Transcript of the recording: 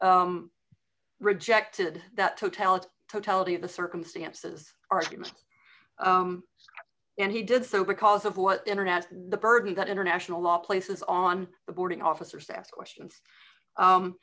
rejected that totality totality of the circumstances argument and he did so because of what the internet the burden that international law places on the boarding officers to ask questions